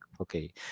okay